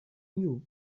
knew